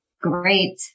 Great